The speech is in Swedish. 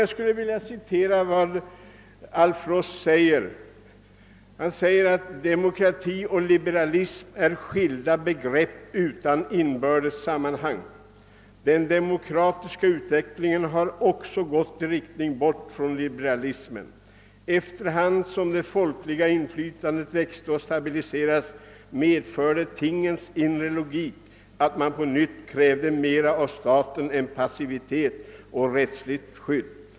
Jag vill citera vad Alf Ross säger i sin bok »Varför demokrati?», nämligen att »demokrati och liberalism är skilda begrepp utan inbördes sammanhang». Författaren fortsätter: »Den demokratiska utvecklingen har också gått i riktning bort från liberalismen. Efterhand som det folkliga inflytandet växte och stabiliserades, medförde tingens inre logik att man på nytt krävde mera av staten än passivitet och rättsligt skydd.